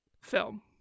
film